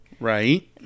Right